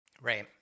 Right